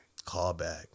Callback